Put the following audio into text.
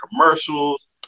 commercials